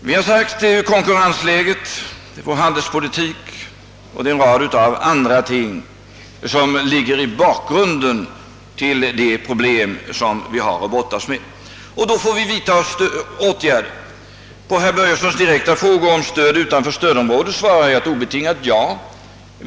Vi har sagt att det är konkurrensläget, handelspolitiken och en rad andra ting som ligger bakom de problem som vi har att brottas med och som kräver åtgärder. På herr Börjessons direkta fråga, om det finns möjligheter till stöd utanför stödområdet, svarar jag ett obe tingat ja.